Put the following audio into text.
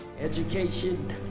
education